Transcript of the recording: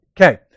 Okay